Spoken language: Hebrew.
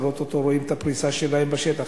כבר או-טו-טו רואים את הפריסה שלה בשטח,